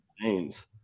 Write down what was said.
names